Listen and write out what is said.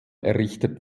errichtet